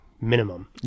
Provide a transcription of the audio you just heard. minimum